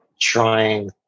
trying